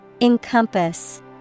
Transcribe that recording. Encompass